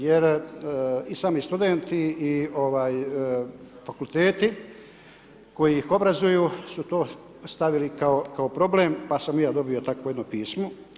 Jer i sami studenti i fakulteti, koji ih obrazuju su to stavili kao problem, pa sam i ja dobio jedno takvo pismo.